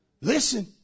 Listen